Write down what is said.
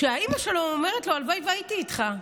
שאימא שלו אומרת לו: הלוואי שהייתי איתך.